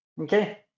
Okay